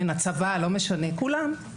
הצבא, לא משנה, כולם.